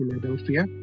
Philadelphia